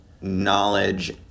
knowledge